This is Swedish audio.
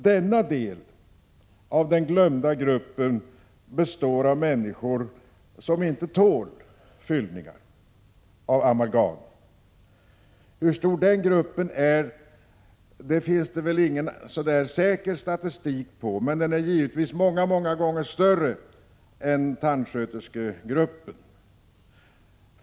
Denna del av den glömda gruppen består av människor som inte tål fyllningar av amalgam. Hur stor den gruppen är finns det ingen säker statistik på, men den är många gånger större än tandsköterskegruppen.